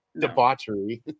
debauchery